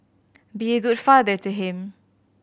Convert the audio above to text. be a good father to him